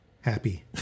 happy